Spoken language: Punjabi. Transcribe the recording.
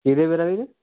ਕਿਹੜੇ ਮੇਰੇ ਵੀਰਾ